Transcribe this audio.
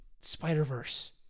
Spider-Verse